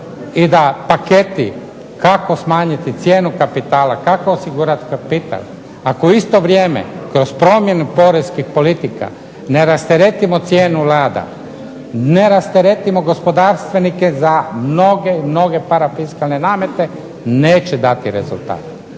i da paketi kako smanjiti cijenu kapitala, kako osigurati kapital, ako u isto vrijeme kroz promjenu poreskih politika ne rasteretimo cijenu …/Ne razumije se./…, ne rasteretimo gospodarstvenike za mnoge i mnoge parafiskalne namete neće dati rezultat.